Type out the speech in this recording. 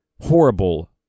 horrible